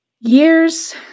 years